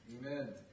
Amen